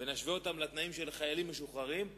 ונשווה אותם לתנאים של חיילים משוחררים,